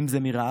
אם זה מרעב,